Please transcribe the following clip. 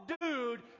dude